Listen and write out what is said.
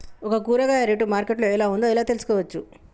ఒక కూరగాయ rate market లో ఎలా ఉందో ఎలా తెలుసుకోవచ్చు?